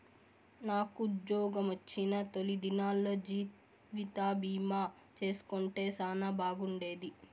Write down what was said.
నాకుజ్జోగమొచ్చిన తొలి దినాల్లో జీవితబీమా చేసుంటే సానా బాగుండేది